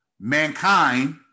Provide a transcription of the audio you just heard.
Mankind